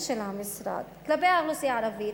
של המשרד כלפי האוכלוסייה הערבית,